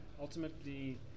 ultimately